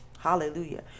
hallelujah